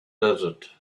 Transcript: desert